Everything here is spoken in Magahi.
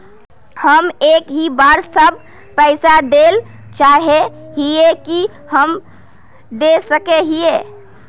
हम एक ही बार सब पैसा देल चाहे हिये की हम दे सके हीये?